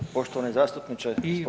Poštovani zastupniče